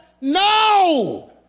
No